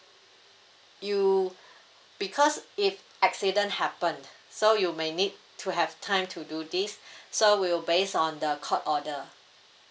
you because if accident happened so you may need to have time to do this so we'll base on the court order